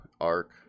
arc